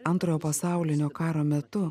antrojo pasaulinio karo metu